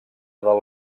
del